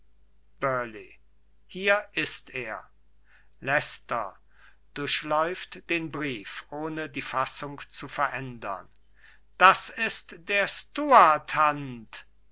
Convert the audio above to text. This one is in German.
hier ist er leicester durchläuft den brief ohne die fassung zu verändern das ist der